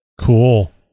Cool